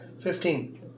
Fifteen